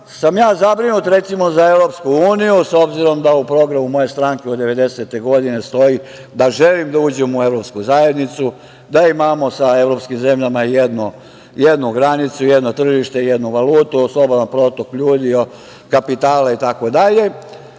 sam ja zabrinut, recimo, za Evropsku uniju, s obzirom da u programu moje stranke od 1990. godine stoji da želi da uđemo u Evropsku zajednicu, da imamo sa evropskim zemljama jednu granicu, jedno tržište, jednu valutu, slobodan protok ljudi, kapitala itd,